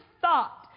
thought